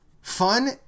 fun